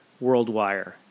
WorldWire